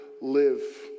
live